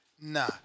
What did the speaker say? Nah